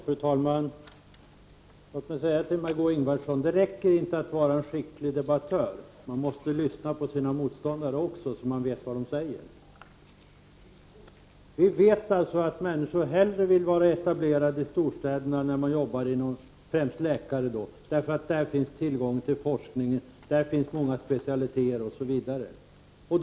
Fru talman! Låt mig säga till Margö Ingvardsson: Det räcker inte med att vara en skicklig debattör, utan man måste lyssna på sina motståndare också, så att man vet vad de säger. Vi vet alltså att läkare hellre vill etablera sig inom storstadsområdena, eftersom forskning är förlagd hit och många specialiteter utvecklas här.